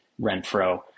Renfro